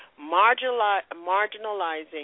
marginalizing